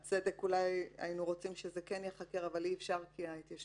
ואולי מן הצדק היינו רוצים שזה ייחקר אבל אי אפשר כי ההתיישנות